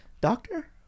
Doctor